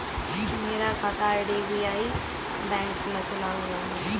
मेरा खाता IDBI bank में खुला हुआ है